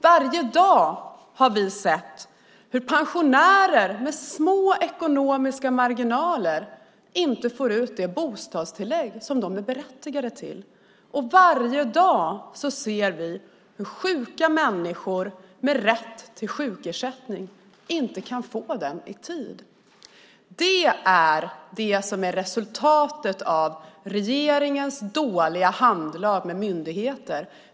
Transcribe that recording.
Varje dag har vi sett hur pensionärer med små ekonomiska marginaler inte får ut det bostadstillägg som de är berättigade till. Varje dag ser vi hur sjuka människor med rätt till sjukersättning inte kan få den i tid. Det är resultatet av regeringens dåliga handlag med myndigheter.